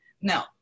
No